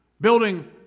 building